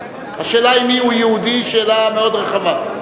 השאלה מי יהודי היא שאלה מאוד רחבה.